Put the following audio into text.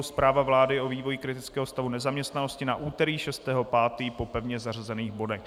Zpráva vlády o vývoji kritického stavu nezaměstnanosti na úterý 6. 5. po pevně zařazených bodech.